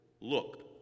Look